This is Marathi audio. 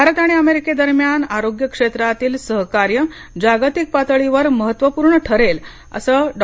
भारत आणि अमेरिकेदरम्यान आरोग्य क्षेत्रातील सहकार्य जागतिक पातळीवर महत्त्वपूर्ण ठरेल असं डॉ